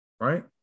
Right